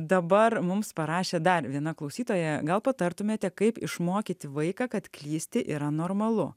dabar mums parašė dar viena klausytoja gal patartumėte kaip išmokyti vaiką kad klysti yra normalu